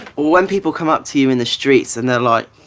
when people come up to you in the streets and they're like,